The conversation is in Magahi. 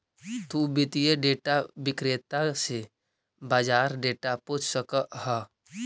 तु वित्तीय डेटा विक्रेता से बाजार डेटा पूछ सकऽ हऽ